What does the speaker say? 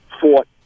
fought